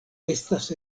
estas